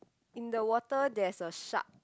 in the water there's a shark